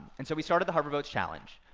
and so we started the harvard votes challenge.